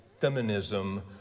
feminism